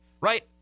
right